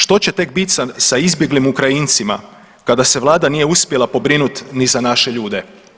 Što će tek biti sa izbjeglim Ukrajincima kada se vlada nije uspjela pobrinuti ni za naše ljude?